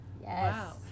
wow